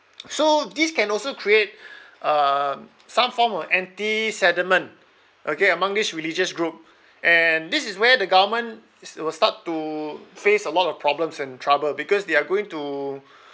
so these can also create um some form of anti sediment okay among this religious group and this is where the government it will start to face a lot of problems and trouble because they are going to